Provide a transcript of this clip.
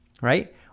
right